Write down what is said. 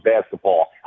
basketball